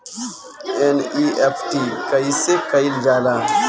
NEFT कइसे कइल जाला?